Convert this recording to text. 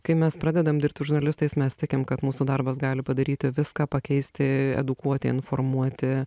kai mes pradedam dirbti žurnalistais mes tikim kad mūsų darbas gali padaryti viską pakeisti edukuoti informuoti